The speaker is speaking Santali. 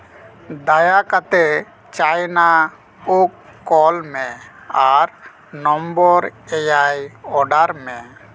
ᱫᱟᱭᱟ ᱠᱟᱛᱮᱫ ᱪᱟᱭᱱᱟ ᱠᱚᱠ ᱠᱚᱞ ᱢᱮ ᱟᱨ ᱱᱚᱢᱵᱚᱨ ᱮᱭᱟᱭ ᱚᱰᱟᱨ ᱢᱮ